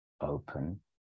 open